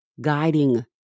guiding